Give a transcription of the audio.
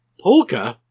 Polka